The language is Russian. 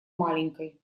маленькой